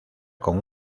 con